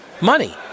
money